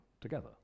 together